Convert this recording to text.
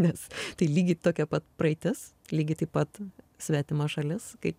nes tai lygiai tokia pat praeitis lygiai taip pat svetima šalis kaip